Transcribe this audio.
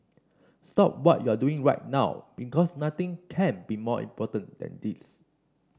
stop what you're doing right now because nothing can be more important than this